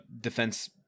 defense